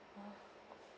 oh